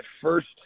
first